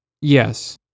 yes